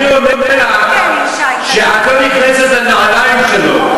אני אומר לך שאת לא נכנסת לנעליים שלו.